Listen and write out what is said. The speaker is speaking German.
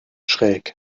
schräg